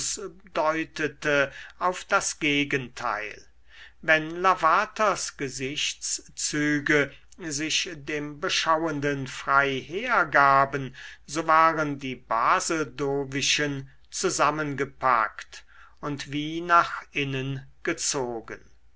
deutete auf das gegenteil wenn lavaters gesichtszüge sich dem beschauenden frei hergaben so waren die basedowischen zusammengepackt und wie nach innen gezogen